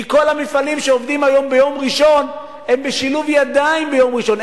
כי כל המפעלים שעובדים היום ביום ראשון הם בשילוב ידיים ביום ראשון,